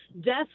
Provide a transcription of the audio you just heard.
death